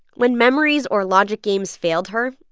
when memories or logic games failed her,